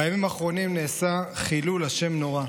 בימים האחרונים נעשה חילול השם נורא.